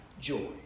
joy